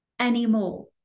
anymore